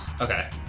Okay